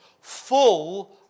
full